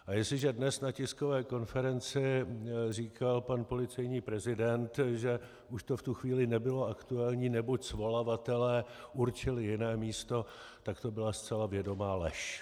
A jestliže dnes na tiskové konferenci říkal pan policejní prezident, že už to v tu chvíli nebylo aktuální, neboť svolavatelé určili jiné místo, tak to byla zcela vědomá lež.